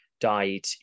died